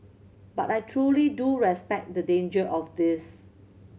but I truly do respect the danger of this